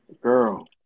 Girl